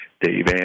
Dave